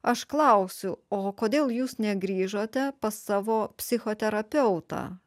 aš klausiu o kodėl jūs negrįžote pas savo psichoterapeutą